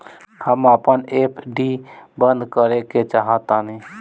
हम अपन एफ.डी बंद करेके चाहातानी